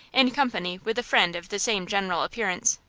in company with a friend of the same general appearance.